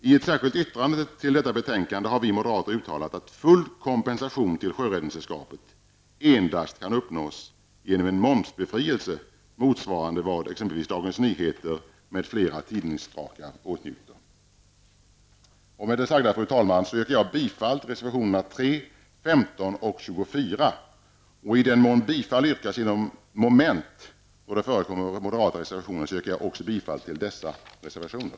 I ett särskilt yttrande till detta betänkande har vi moderater uttalat att full kompensation till Sjöräddningssällskapet endast kan uppnås genom en momsbefrielse motsvarande vad DN m.fl. Med det sagda, fru talman, yrkar jag bifall till reservationerna 3, 15 och 24. I den mån bifall yrkas till moment där det förekommer moderata reservationer, yrkar jag också bifall till dessa reservationer.